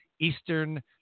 Eastern